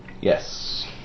Yes